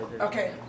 Okay